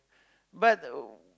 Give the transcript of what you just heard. but the